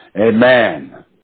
Amen